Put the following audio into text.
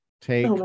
Take